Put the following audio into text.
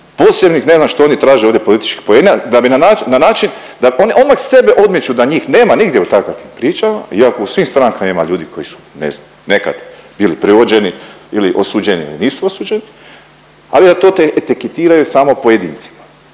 posebnih ne znam što oni traže ovdje političkih poena da bi na način, na način da odmah sebe odmiču da njih nema u takvim pričama iako u svim strankama ima ljudi koji su ne znam nekad bili privođeni ili osuđeni ili nisu osuđeni, ali to etiketiraju samo pojedincima.